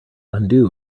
undo